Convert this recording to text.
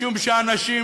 משום שאנשים,